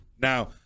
now